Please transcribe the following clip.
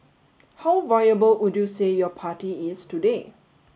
how viable would you say your party is today